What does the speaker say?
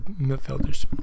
midfielders